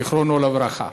זיכרונו לברכה.